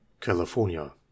California